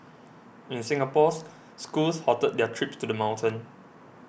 in Singapore's schools halted their trips to the mountain